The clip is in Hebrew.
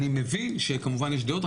אני מבין שכמובן יש דעות,